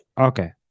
okay